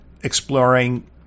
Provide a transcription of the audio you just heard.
exploring